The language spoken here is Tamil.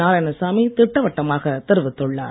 நாராயணசாமி திட்டவட்டமாக தெரிவித்துள்ளார்